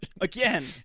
Again